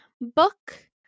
book